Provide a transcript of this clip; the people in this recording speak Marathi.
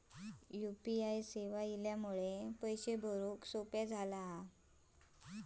यु पी आय सेवा इल्यामुळे पैशे भरुक सोपे झाले